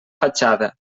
fatxada